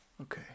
Okay